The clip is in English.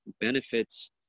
benefits